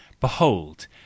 Behold